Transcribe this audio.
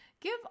Give